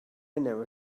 never